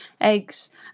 eggs